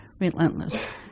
relentless